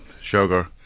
sugar